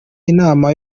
inama